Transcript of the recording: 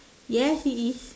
yes he is